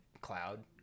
cloud